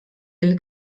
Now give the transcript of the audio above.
lill